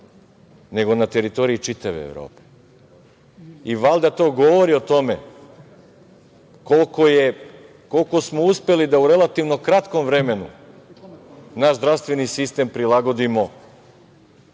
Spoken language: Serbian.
nego na teritoriji čitave Evrope. Valjda to govori o tome koliko smo uspeli da u relativno kratkom vremenu naš zdravstveni sistem prilagodimo